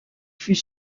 fut